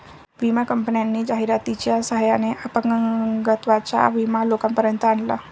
विमा कंपन्यांनी जाहिरातीच्या सहाय्याने अपंगत्वाचा विमा लोकांपर्यंत आणला